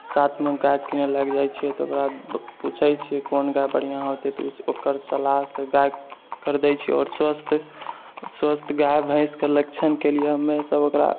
साथमे गाय किनै लागि जाइ छियै तऽ ओकरा पूछै छियै कोन गाय बढ़िआँ होतै तऽ ओ ओकर सलाहसँ गाय खरीदै छियै आओर स्वस्थ स्वस्थ गाय भैंसके लक्षणके लिए हमे सब ओकरा